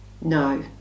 No